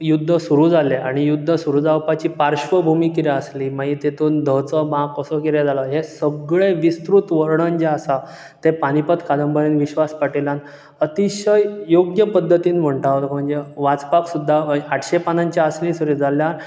युद्द सुरू जाल्लें आनी युद्द सुरू जावपाची पार्श्वभुमी कितें आसली मागीर तेतूंत धचो माग कसो कितें जालो हें सगळें विस्तृत वर्णन जें आसा तें पानीपत कादंबरेन विश्वास पाटिलान अतिशय योग्य पद्धतीन म्हुणटा हांव तुका म्हणजे वाचपाक सुद्दां आठशे पानांची आसली जाल्ल्यान